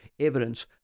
evidence